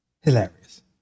Hilarious